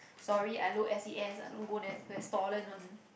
sorry I low S_E_S I don't go rest restaurant one